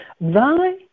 thy